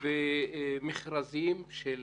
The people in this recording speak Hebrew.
עד